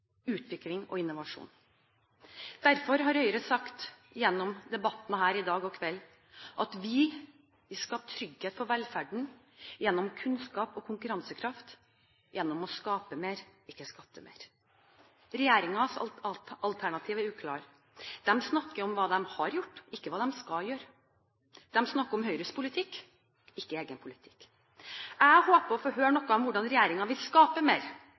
utvikling og innovasjon. Derfor har Høyre sagt i debatten her i dag – og i kveld – at vi vil skape trygghet for velferden gjennom kunnskap og konkurransekraft, gjennom å skape mer, ikke skatte mer. Regjeringens alternativ er uklart. De snakker om hva de har gjort, ikke hva de skal gjøre. De snakker om Høyres politikk, ikke om egen politikk. Jeg håper å få høre noe om hvordan regjeringen vil skape mer.